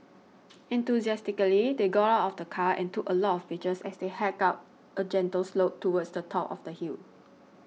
enthusiastically they got out of the car and took a lot of pictures as they hiked up a gentle slope towards the top of the hill